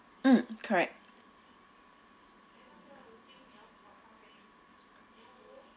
mm correct